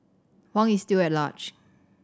Huang is still at large